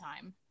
time